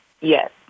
Yes